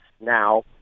now